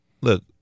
Look